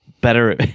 better